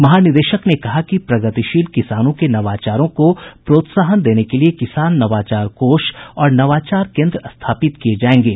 महानिदेशक ने कहा कि प्रगतिशील किसानों के नवाचारों को प्रोत्साहन देने के लिए किसान नवाचार कोष और नवाचार केन्द्र स्थापित किये जायेंगे